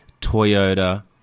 Toyota